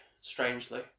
strangely